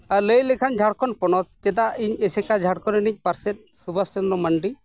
ᱟᱨ ᱞᱟᱹᱭ ᱞᱮᱠᱷᱟᱱ ᱡᱷᱟᱲᱠᱷᱚᱸᱰ ᱯᱚᱱᱚᱛ ᱪᱮᱫᱟᱜ ᱤᱧ ᱮᱥᱮᱠᱟ ᱡᱷᱟᱲᱠᱷᱚᱸᱰ ᱨᱮᱱᱤᱡ ᱯᱟᱨᱥᱮᱫ ᱥᱩᱵᱷᱟᱥ ᱪᱚᱱᱫᱨᱚ ᱢᱟᱱᱰᱤ